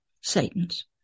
Satan's